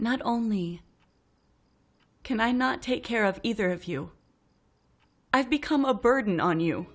not only can i not take care of either of you i've become a burden on you